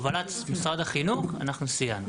בהובלת משרד החינוך אנחנו סייענו.